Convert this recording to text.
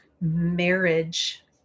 marriage